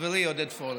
חברי עודד פורר,